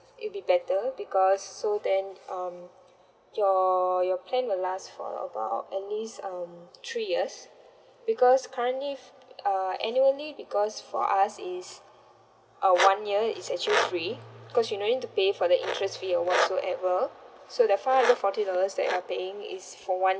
it'll be better because so then um your your plan will last for about at least um three years because currently if uh annually because for us is a one year it's actually free because you no need to pay for the interest fee or whatsoever so the five hundred and forty dollars that you're paying is for one